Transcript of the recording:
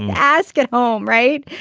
and ask at home. right.